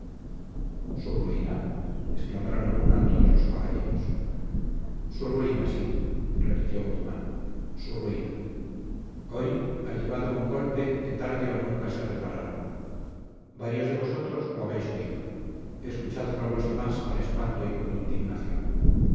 su ruina exclamaron a una todos los caballeros su ruina sí repitió guzmán su ruina hoy ha llevado un golpe que tarde o nunca se reparará varios de vosotros lo habéis oído escuchadlo los demás con espanto y con indignación